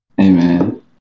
amen